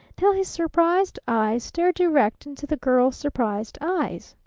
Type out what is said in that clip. till his surprised eyes stared direct into the girl's surprised eyes.